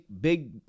big